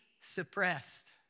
suppressed